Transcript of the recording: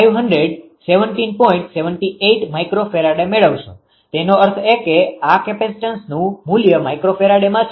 78𝜇𝐹 મેળવશો તેનો અર્થ એ કે આ કેપેસિટન્સનુ મૂલ્ય માઇક્રોફેરાડેમાં છે